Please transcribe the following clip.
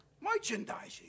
Merchandising